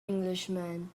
englishman